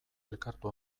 elkartu